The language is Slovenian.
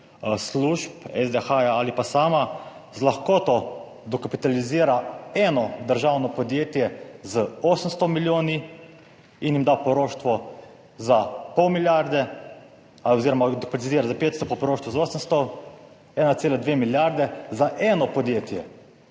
služb, SDH ali pa sama, z lahkoto dokapitalizira eno državno podjetje z 800 milijoni in jim da poroštvo za pol milijarde oziroma dokapitalizira za 500, poroštvo za 800. 1,2 milijarde za eno podjetje,